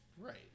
Right